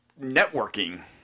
networking